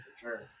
sure